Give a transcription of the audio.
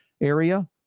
area